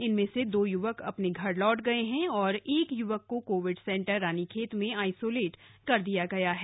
इनमें से दो युवक अपने घर लौट गए हैं और एक युवक को कोविड सेंटर रानीखेत में आइसोलेट कर दिया गया है